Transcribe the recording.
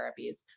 therapies